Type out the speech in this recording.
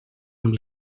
amb